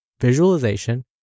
visualization